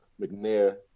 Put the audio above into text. McNair